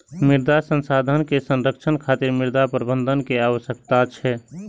मृदा संसाधन के संरक्षण खातिर मृदा प्रबंधन के आवश्यकता छै